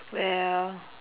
well